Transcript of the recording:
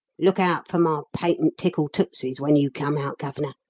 look out for my patent tickle tootsies when you come out, gov'nor.